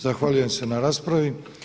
Zahvaljujem se na raspravi.